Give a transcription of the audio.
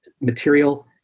material